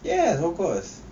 yes of course